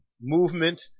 movement